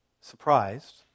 surprised